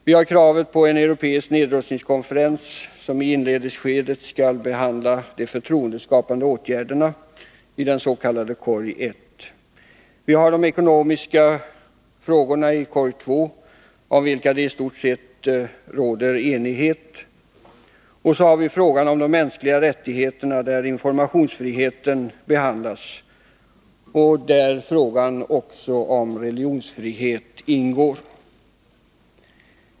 Vi har kravet på en europeisk nedrustnings konferens, som i inledningsskedet skall behandla de förtroendeskapande åtgärderna, i den s.k. korg I. Vi har de ekonomiska frågorna i korg II, om vilka det i stort sett råder enighet. Och så har vi frågan om de mänskliga rättigheterna i korg III, där informationsfriheten behandlas och där frågan om religionsfrihet också ingår.